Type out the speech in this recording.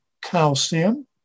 calcium